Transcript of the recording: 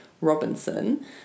Robinson